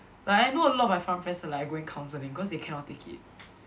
like I know a lot of my pharm friends like going counselling because they cannot take it